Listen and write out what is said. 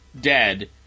dead